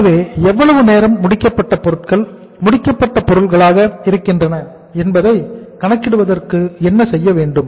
ஆகவே எவ்வளவு நேரம் முடிக்கப்பட்ட பொருட்கள் முடிக்கப்பட்ட பொருள்களாக இருக்கின்றன என்பதை கணக்கிடுவதற்கு என்ன செய்ய வேண்டும்